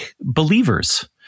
believers